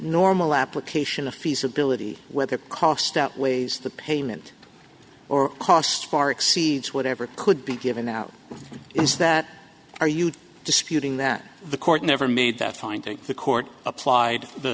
normal application of feasibility where the cost outweighs the payment or cost far exceeds whatever could be given out is that are you disputing that the court never made that finding the court applied the